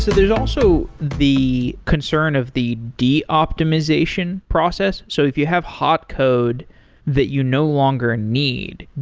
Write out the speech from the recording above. there's also the concern of the de-optimization process. so if you have hot code that you no longer need,